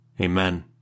Amen